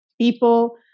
people